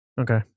Okay